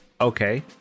Okay